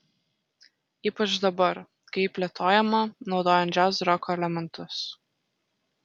ypač dabar kai ji plėtojama naudojant džiazroko elementus